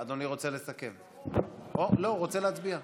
אדוני רוצה לסכם, לא, הוא רוצה להצביע.